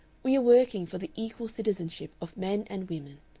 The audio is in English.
we are working for the equal citizenship of men and women,